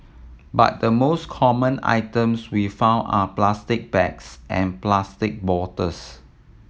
but the most common items we find are plastic bags and plastic bottles